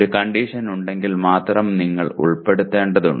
ഒരു കണ്ടീഷൻ ഉണ്ടെങ്കിൽ മാത്രം നിങ്ങൾ ഉൾപ്പെടുത്തേണ്ടതുണ്ട്